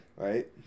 Right